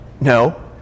no